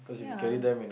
ya